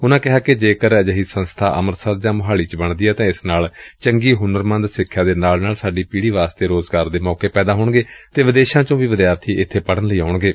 ਉਨੁਾਂ ਕਿਹਾ ਕਿ ਜੇਕਰ ਅਜਿਹੀ ਸੰਸਥਾ ਅੰਮ੍ਰਿਤਸਰ ਜਾਂ ਮੁਹਾਲੀ ਵਿਚ ਬਣਦੀ ਏ ਤਾਂ ਇਸ ਨਾਲ ਚੰਗੀ ਹੁਨਰਮੰਦ ਸਿੱਖਿਆ ਦੇ ਨਾਲ ਨਾਲ ਸਾਡੀ ਪੀੜੀ ਵਾਸਤੇ ਰੋਜ਼ਗਾਰ ਦੇ ਮੌਕੇ ਪੈਦਾ ਹੋਣਗੇ ਅਤੇ ਵਿਦੇਸ਼ਾਂ ਵਿਚੋ ਵੀ ਵਿਦਿਆਰਥੀ ਪੜੁਨ ਲਈ ਸਾਡੇ ਕੋਲ ਆਉਣਗੇ